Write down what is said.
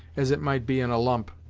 as it might be in a lump.